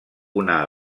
una